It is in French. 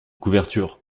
couverture